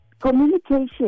Communication